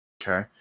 Okay